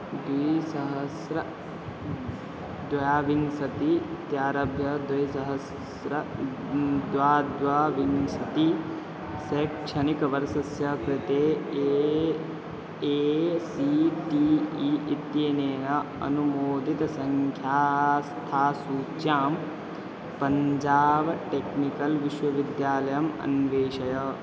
द्विसहस्रं द्वाविंशतिः इत्यारभ्य द्विसहस्रं द्वे द्वाविंशतिः शैक्षणिकवर्षस्य कृते A A C T E इत्यनेन अनुमोदितसंस्था सूच्यां पञ्जाब् टेक्निकल् विश्वविद्यालयम् अन्वेषय